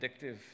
addictive